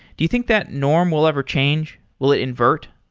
do you think that norm will ever change? will it invert?